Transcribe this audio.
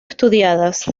estudiadas